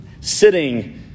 Sitting